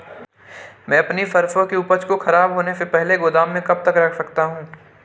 मैं अपनी सरसों की उपज को खराब होने से पहले गोदाम में कब तक रख सकता हूँ?